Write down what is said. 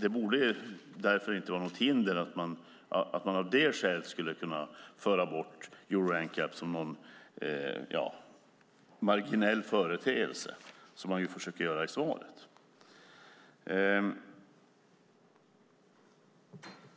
Det borde därför inte vara något hinder, så att man av det skälet skulle kunna föra bort Euro NCAP som någon marginell företeelse, som man försöker göra i svaret.